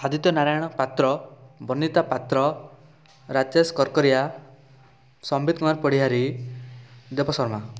Aditya Narayan Patra Banita Patra Rajesh Karkaria Sambit Kumar Padhiari Deb Sharma